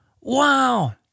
Wow